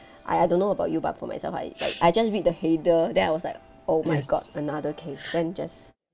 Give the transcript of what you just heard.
I I don't know about you but for myself I like I just read the header then I was like oh my god another case then just